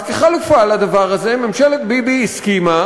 אז כחלופה לדבר הזה, ממשלת ביבי הסכימה